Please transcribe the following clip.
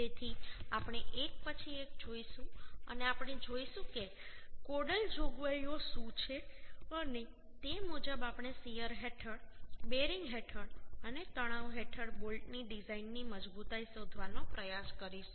તેથી આપણે એક પછી એક જોઈશું અને આપણે જોઈશું કે કોડલ જોગવાઈઓ શું છે અને તે મુજબ આપણે શીયર હેઠળ બેરિંગ હેઠળ અને તણાવ હેઠળ બોલ્ટની ડિઝાઇનની મજબૂતાઈ શોધવાનો પ્રયાસ કરીશું